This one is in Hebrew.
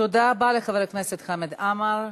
תודה רבה לחבר הכנסת חמד עמאר.